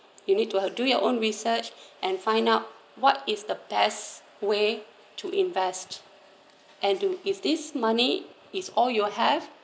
you need to do your own research and find out what is the best way to invest and do is this money is all you have